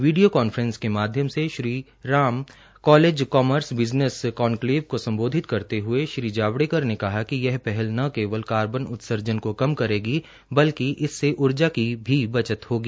video conference के माध्यम से Shri Ram college business conclave को संबोधित करते हुए श्री जावड़ेकर ने कहा कि यह पहल न केवल कार्बन उत्सर्जन को कम करेगी बल्कि इससे ऊर्जा की भी बचत होगी